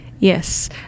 Yes